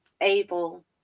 able